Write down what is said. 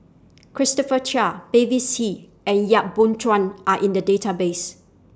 Christopher Chia Mavis See and Yap Boon Chuan Are in The Database